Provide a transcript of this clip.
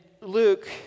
Luke